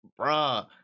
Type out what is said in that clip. Bruh